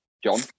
John